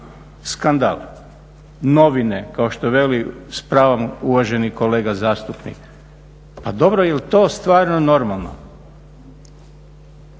skandal. Novine, kao što veli s pravom uvaženi kolega zastupnik, pa dobro jel to stvarno normalno?